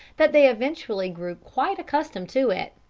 that they eventually grew quite accustomed to it.